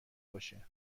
باشه